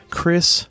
Chris